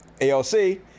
AOC